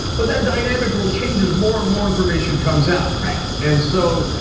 but that dynamic will change as more and more information comes out. right. and so,